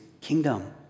kingdom